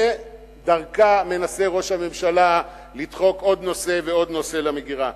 שדרכה מנסה ראש הממשלה לדחוק עוד נושא ועוד נושא למגירה.